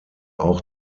auch